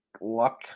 luck